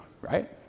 right